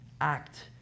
act